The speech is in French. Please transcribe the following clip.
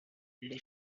les